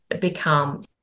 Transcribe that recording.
become